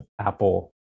apple